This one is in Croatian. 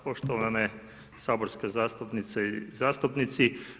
Poštovane saborske zastupnice i zastupnici.